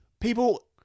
people